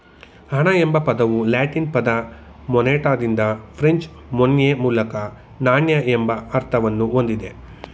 ಹಣ ಎಂಬ ಪದವು ಲ್ಯಾಟಿನ್ ಪದ ಮೊನೆಟಾದಿಂದ ಫ್ರೆಂಚ್ ಮೊನ್ಯೆ ಮೂಲಕ ನಾಣ್ಯ ಎಂಬ ಅರ್ಥವನ್ನ ಹೊಂದಿದೆ